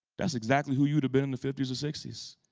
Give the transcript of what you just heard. that's exactly who you would have been in the fifty s or sixty s.